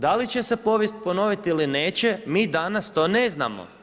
Da li će se povijest ponoviti ili neće mi danas to ne znamo.